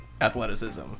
athleticism